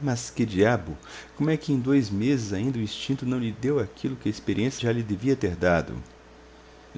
mas que diabo como é que em dois meses ainda o instinto não lhe deu aquilo que a experiência já lhe devia ter dado